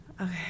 Okay